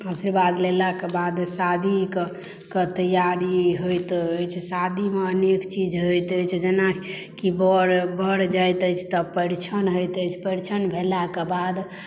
आशीर्वाद लेलाक बाद शादी के तैयारी होइत अछि शादी मे अनेक चीज होयत अछि जेनाकि बर जाइत अछि तऽ परिछन होइत अछि परिछन भेलाक बाद